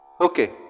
Okay